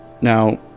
Now